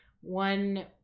One